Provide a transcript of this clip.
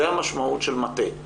זאת המשמעות של מטה.